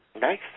Nice